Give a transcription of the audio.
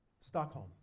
Stockholm